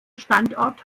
standort